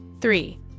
Three